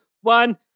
one